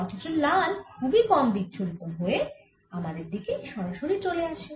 অথচ লাল খুবই কম বিচ্ছুরিত হয় ও আমাদের দিকে সরাসরি চলে আসে